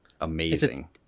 amazing